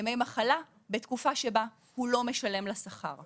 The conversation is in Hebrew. ימי מחלה בתקופה שהוא לא משלם לה שכר.